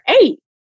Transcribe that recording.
eight